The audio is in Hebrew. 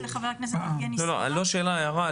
הערה,